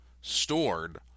stored